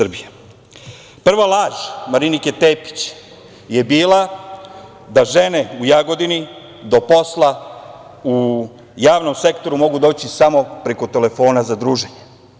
Prva laž Marinike Tepić je bila da žene u Jagodini do posla u javnom sektoru mogu doći samo preko telefona za druženje.